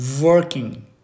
working